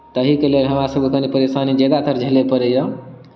ताहिके लेल हमरासभके कनी परेशानी ज्यादातर झेलय पड़ैए